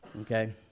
okay